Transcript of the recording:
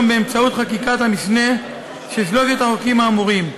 באמצעות חקיקת המשנה של שלושת החוקים האמורים.